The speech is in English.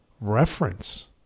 reference